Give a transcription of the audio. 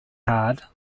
hard